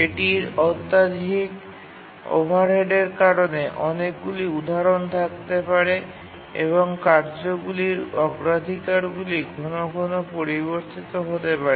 এটির অত্যধিক ওভারহেডের কারণ অনেকগুলি উদাহরণ থাকতে পারে এবং কার্যগুলির অগ্রাধিকারগুলি ঘন ঘন পরিবর্তিত হতে পারে